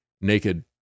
naked